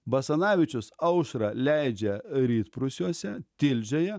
basanavičius aušrą leidžia rytprūsiuose tilžėje